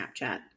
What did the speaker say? Snapchat